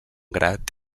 grat